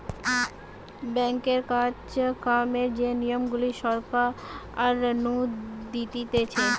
ব্যাঙ্কে কাজ কামের যে নিয়ম গুলা সরকার নু দিতেছে